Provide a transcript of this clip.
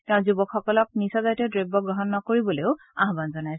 তেওঁ যুৱকসকলক নিচাজাতীয় দ্ৰব্য গ্ৰহণ নকৰিবলৈকো আহবান জনাইছে